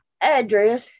address